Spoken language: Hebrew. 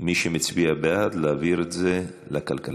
מי שמצביע בעד, להעביר את זה לכלכלה.